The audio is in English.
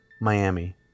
Miami